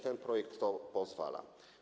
Ten projekt na to pozwala.